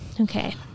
okay